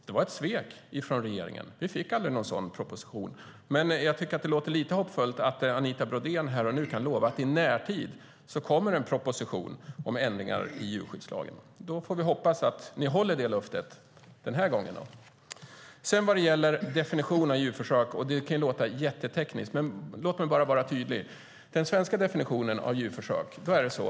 Det var ett svek från regeringen. Vi fick aldrig någon sådan proposition. Det låter lite hoppfullt att Anita Brodén här och nu kan lova att i närtid kommer en proposition om ändringar i djurskyddslagen. Vi får hoppas att ni håller löftet den här gången. Sedan var det definitionen av djurförsök. Det kan låta jättetekniskt. Låt mig vara tydlig. Den svenska definitionen av djurförsök innebär följande.